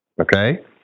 Okay